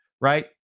right